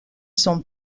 son